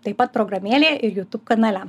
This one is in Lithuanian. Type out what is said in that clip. taip pat programėlėje ir jutūb kanale